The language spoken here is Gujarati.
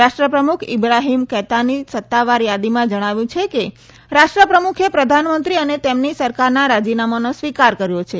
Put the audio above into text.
રાષ્ટ્રપ્રમુખ ઇબ્રાહિમ કૈતાની સત્તાવાર યાદીમાં જજ્ઞાવ્યું છે કે રાષ્ટ્રપ્રમુખે પ્રધાનમંત્રી અને તેમની સરકારના રાજીનામાનો સ્વીકાર કર્યો છે